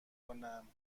کنم